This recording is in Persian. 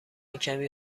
کمی